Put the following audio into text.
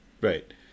Right